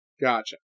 Gotcha